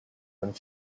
and